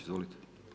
Izvolite.